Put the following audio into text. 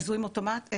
מזוהים אוטומטית?